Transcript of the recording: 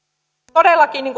todellakin